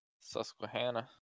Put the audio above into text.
Susquehanna